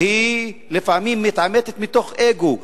והיא לפעמים מתעמתת מתוך אגו,